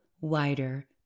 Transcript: wider